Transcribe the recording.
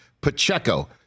Pacheco